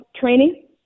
training